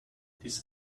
this